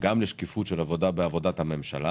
גם לשקיפות של עבודת הממשלה